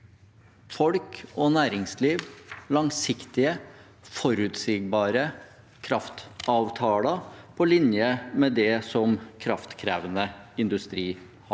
folk og næringsliv langsiktige, forutsigbare kraftavtaler på linje med det som kraftkrevende industri har.